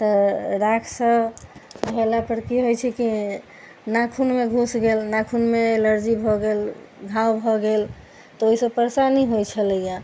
तऽ राखसँ धोलापर की होइ छै की नाखूनमे घुसि गेल नाखूनमे एलर्जी भऽ गेल घाव भऽ गेल तऽ ओहिसँ परेशानी होइ छलैया